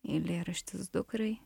eilėraštis dukrai